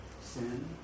sin